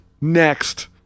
next